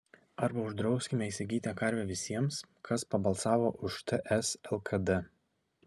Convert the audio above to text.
arba uždrauskime įsigyti karvę visiems kas pabalsavo už ts lkd